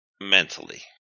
mentally